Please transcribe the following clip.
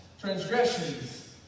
transgressions